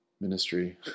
ministry